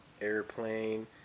Airplane